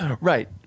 Right